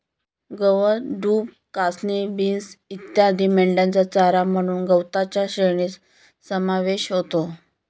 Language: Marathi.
गवत, डूब, कासनी, बीन्स इत्यादी मेंढ्यांचा चारा म्हणून गवताच्या श्रेणीत समावेश होतो